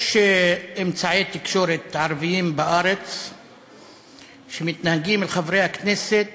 יש אמצעי תקשורת ערביים בארץ שמתנהגים אל חברי הכנסת